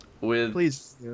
Please